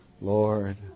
Lord